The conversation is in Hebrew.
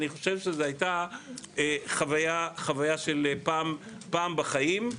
אני חושב שזו הייתה חוויה של פעם בחיים.